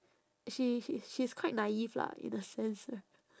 she she she is quite naive lah in a sense